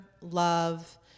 love